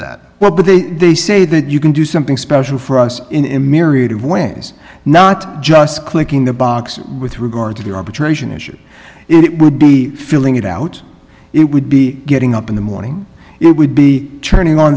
that well but they they say that you can do something special for us in a myriad of ways not just clicking the box with regard to the arbitration issue it would be filling it out it would be getting up in the morning it would be turning on